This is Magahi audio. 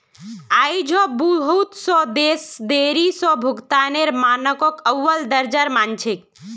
आई झो बहुत स देश देरी स भुगतानेर मानकक अव्वल दर्जार मान छेक